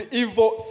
evil